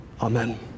Amen